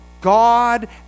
God